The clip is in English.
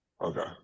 Okay